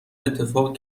اتفاق